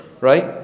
right